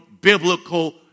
biblical